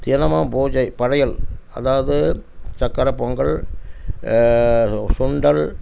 தினமும் பூஜை படையல் அதாவது சக்கரை பொங்கல் சுண்டல்